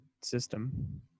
system